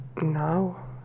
now